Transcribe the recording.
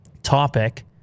topic